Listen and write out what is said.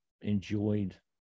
enjoyed